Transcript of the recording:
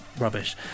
Rubbish